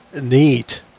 Neat